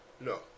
No